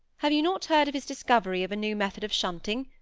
have you not heard of his discovery of a new method of shunting?